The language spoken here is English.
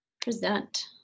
Present